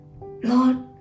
Lord